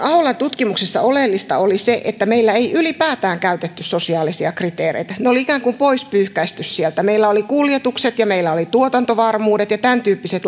tutkimuksessa oleellista oli se että meillä ei ylipäätään käytetty sosiaalisia kriteereitä ne oli ikään kuin poispyyhkäisty sieltä meillä oli kuljetukset ja meillä oli tuotantovarmuudet ja tämäntyyppiset